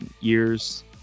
years